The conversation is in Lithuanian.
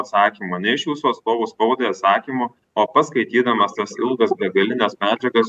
atsakymą ne iš jūsų atstovų spaudai atsakymų o pats skaitydamas tas ilgas begalines medžiagas